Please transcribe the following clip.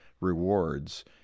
rewards